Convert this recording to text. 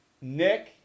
Nick